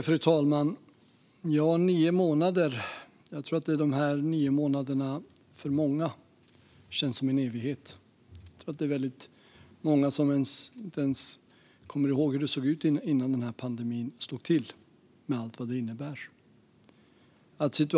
Fru talman! Dessa nio månader har för många säkert känts som en evighet. Det är nog många som knappt kommer ihåg hur det var innan pandemin slog till, med allt vad det har inneburit.